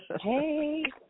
Hey